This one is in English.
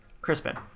Crispin